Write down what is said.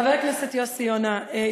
חבר הכנסת יוסי יונה,